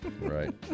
Right